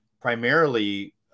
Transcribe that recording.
primarily